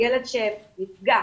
ילד שנפגע